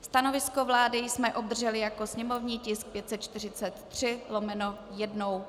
Stanovisko vlády jsme obdrželi jako sněmovní tisk 543/1.